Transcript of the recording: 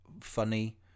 funny